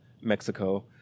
Mexico